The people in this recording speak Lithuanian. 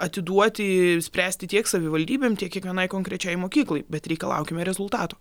atiduoti spręsti tiek savivaldybėm tiek kiekvienai konkrečiai mokyklai bet reikalaukime rezultato